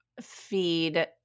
feed